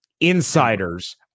insiders